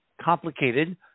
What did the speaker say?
complicated